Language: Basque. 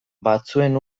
batzuen